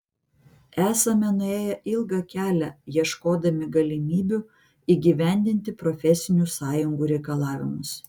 esame nuėję ilgą kelią ieškodami galimybių įgyvendinti profesinių sąjungų reikalavimus